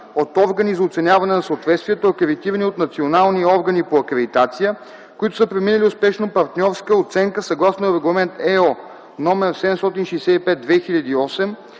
от органи за оценяване на съответствието, акредитирани от национални органи по акредитация, които са преминали успешно партньорска оценка съгласно Регламент (ЕО) № 765/2008